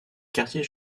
quartiers